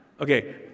Okay